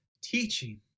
teaching